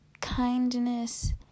Kindness